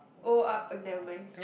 oh uh never mind